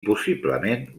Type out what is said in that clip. possiblement